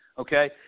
okay